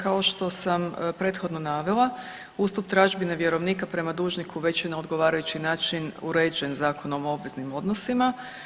Kao što sam prethodno navela ustup tražbine vjerovnika prema dužniku već je na odgovarajući način uređen Zakonom o obveznim odnosima.